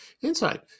inside